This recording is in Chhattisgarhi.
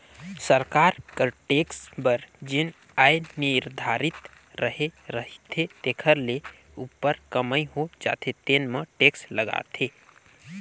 सरकार कर टेक्स बर जेन आय निरधारति करे रहिथे तेखर ले उप्पर कमई हो जाथे तेन म टेक्स लागथे